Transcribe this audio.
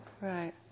right